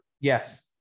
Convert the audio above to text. Yes